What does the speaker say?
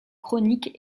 chroniques